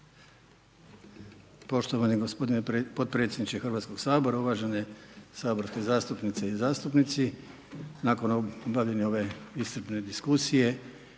Poštovani gospodine potpredsjedniče HS-a, uvažene saborske zastupnice i zastupnici, nakon bavljenja ove iscrpne diskusije,